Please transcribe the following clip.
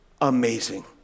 amazing